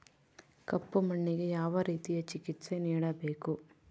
ಕಪ್ಪು ಮಣ್ಣಿಗೆ ಯಾವ ರೇತಿಯ ಚಿಕಿತ್ಸೆ ನೇಡಬೇಕು?